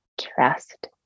trust